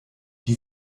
die